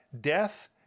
death